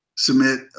submit